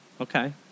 Okay